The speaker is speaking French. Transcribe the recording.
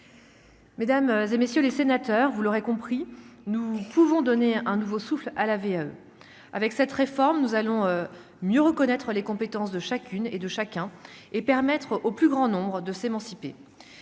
Mesdames et messieurs les sénateurs, vous l'aurez compris, nous pouvons donner un nouveau souffle à laver avec cette réforme, nous allons mieux reconnaître les compétences de chacune et de chacun et permettre au plus grand nombre de s'émanciper,